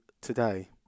today